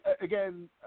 again